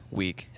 week